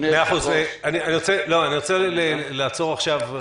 אני רוצה לעצור עכשיו,